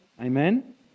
Amen